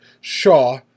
Shaw